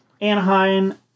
Anaheim